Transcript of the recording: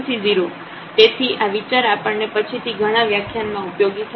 તેથી આ વિચાર આપણને પછીથી ઘણા વ્યાખ્યાનમાં ઉપયોગી થશે